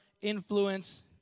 influence